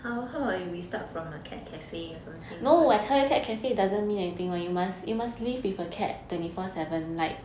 how how about we start from a cat cafe or something first